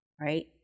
right